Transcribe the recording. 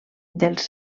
dels